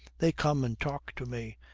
they come and talk to me.